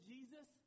Jesus